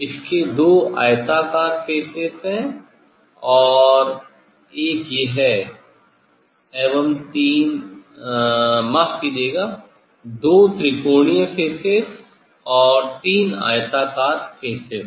इसके दो आयताकार फेसेस हैं ये और एक यह एवं तीन माफ़ कीजियेगा दो त्रिकोणीय फेसेस और तीन आयताकार फेसेस हैं